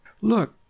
Look